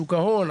שוק ההון,